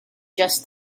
just